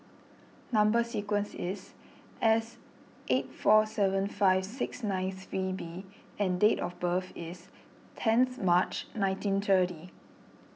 Number Sequence is S eight four seven five six nine three B and date of birth is tenth March nineteen thirty